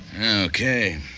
Okay